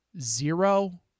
zero